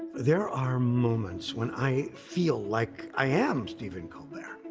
there are moments when i feel like i am stephen colbert.